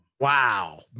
Wow